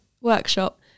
Workshop